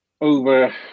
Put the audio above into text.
over